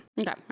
okay